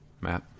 Matt